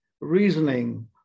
reasoning